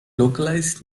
localised